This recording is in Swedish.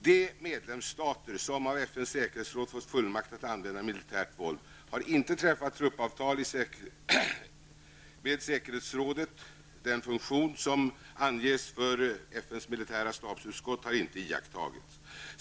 De medlemsstater som av FNs säkerhetsråd fått fullmakt att använda militärt våld har inte träffat truppavtal i säkerhetsrådet . Den funktion som anges för FNs militära stabsutskott har inte iakttagits .